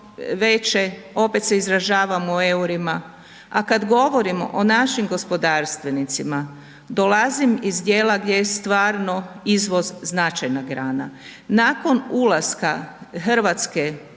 veće opet se izražavamo u EUR-ima, a kad govorimo o našim gospodarstvenicima dolazim iz dijela gdje je stvarno izvoz značajna grana. Nakon ulaska Hrvatske